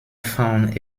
found